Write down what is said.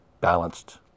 balanced